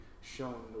shown